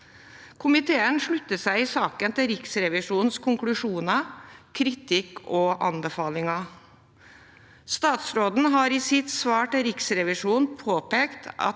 Komiteen slutter seg i saken til Riksrevisjonens konklusjoner, kritikk og anbefalinger. Statsråden har i sitt svar til Riksrevisjonen påpekt at